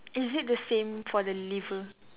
is it the same for the liver